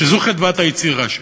שזו חדוות היצירה שלהם,